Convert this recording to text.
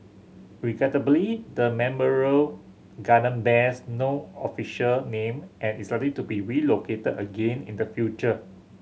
regrettably the memorial garden bears no official name and is likely to be relocated again in the future